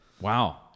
Wow